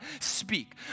speak